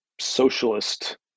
socialist